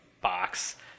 box